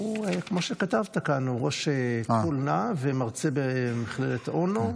הוא ראש כֻּלנה ומרצה במכללת אונו,